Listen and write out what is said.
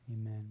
Amen